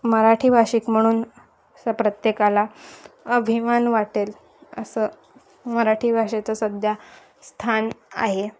मराठी भाषिक म्हणून असं प्रत्येकाला अभिमान वाटेल असं मराठी भाषेचं सध्या स्थान आहे